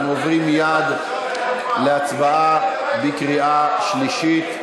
אנחנו עוברים מייד להצבעה בקריאה שלישית.